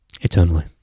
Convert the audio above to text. Eternally